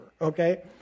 okay